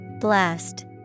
Blast